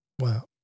Wow